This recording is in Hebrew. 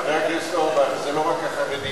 חבר הכנסת אורבך, זה לא רק החרדים.